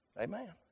Amen